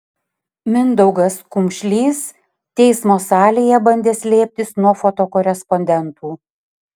mindaugas kumšlys teismo salėje bandė slėptis nuo fotokorespondentų